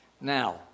Now